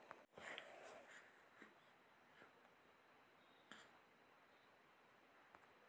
धान बेचे बर पंजीयन कहाँ करे बर पड़ही?